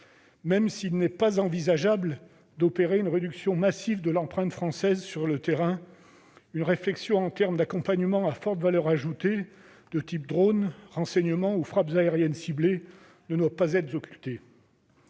Même s'il n'est pas envisageable d'opérer une réduction massive de l'empreinte française sur le terrain, une réflexion sur un accompagnement à forte valeur ajoutée de notre participation- drones, renseignements ou frappes aériennes ciblées -ne doit pas être occultée.